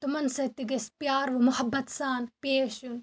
تِمَن سۭتۍ تہِ گژھِ پیار وَ محبت سان پیش یُن